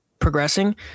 progressing